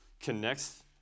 connects